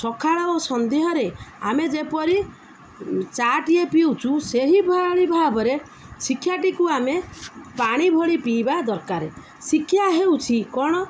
ସକାଳ ଓ ସନ୍ଧ୍ୟାରେ ଆମେ ଯେପରି ଚା'ଟିଏ ପିଉଛୁ ସେହିଭଳି ଭାବରେ ଶିକ୍ଷାଟିକୁ ଆମେ ପାଣି ଭଳି ପିଇବା ଦରକାରେ ଶିକ୍ଷା ହେଉଛି କ'ଣ